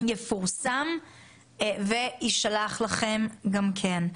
יפורסם וישלח לכם גם כן.